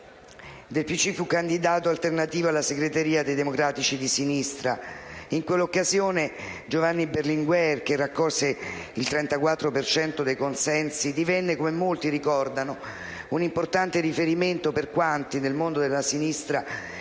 del PCI fu candidato alternativo alla segreteria dei Democratici di Sinistra. In quell'occasione Giovanni Berlinguer, che raccolse il 34 per cento dei consensi, divenne, come molti ricordano, un importante riferimento per quanti, nel mondo della sinistra,